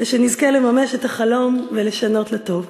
ושנזכה לממש את החלום ולשנות לטוב.